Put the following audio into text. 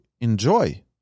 enjoy